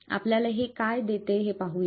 आपल्याला हे काय देते ते पाहूया